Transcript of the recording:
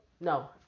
No